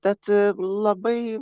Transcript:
tad labai